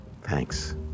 Thanks